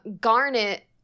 Garnet